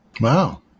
Wow